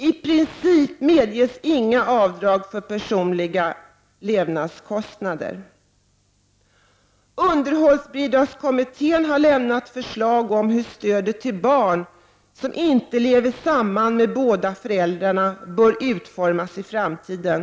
I princip medges inga avdrag för personliga levnadskostnader. Un derhållsbidragskommittén har lämnat förslag om hur stödet till barn som = Prot. 1989/90:140 inte lever samman med båda föräldrarna bör utformas i framtiden.